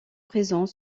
présent